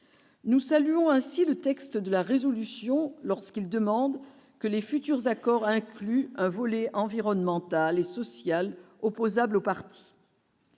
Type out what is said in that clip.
Nous saluons ainsi le texte de la résolution lorsqu'il demande que les futurs accords incluent un volet environnemental et social opposable aux parti.